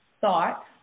thought